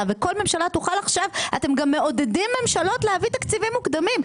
וכל ממשלה תוכל עכשיו אתם גם מעודדים ממשלות להביא תקציבים מוקדמים,